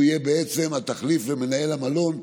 הוא יהיה התחליף למנהל המלון,